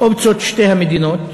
אופציית שתי המדינות,